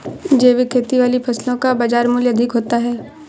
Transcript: जैविक खेती वाली फसलों का बाज़ार मूल्य अधिक होता है